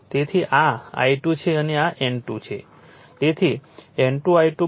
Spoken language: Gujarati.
તેથી આ I2 છે અને આ N2 પર